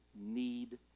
need